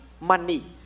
money